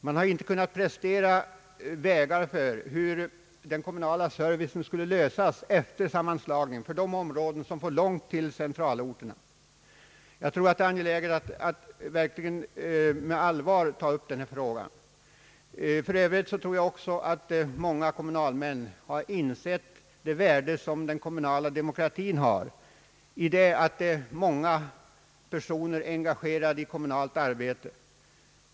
Man har inte kunnat prestera anvisningar till hur den kommunala servicen skulle lösas efter sammanslagningen för de områden som får långt till centralorternd, DIG angeläget att verkligen ta upp denna fråga på allvar. För övrigt tror jag också att många kommunalmän insett det värde som den kommunala demokratin i dag har, i det att många personer är engagerade i kommunalt arbete.